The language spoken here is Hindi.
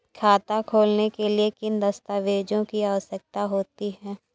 खाता खोलने के लिए किन दस्तावेजों की आवश्यकता होती है?